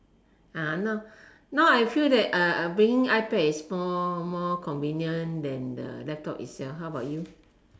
now now I feel that bringing ipad is more more convenient than the laptop itself how about you